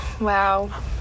Wow